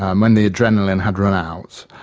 um when the adrenaline had run out,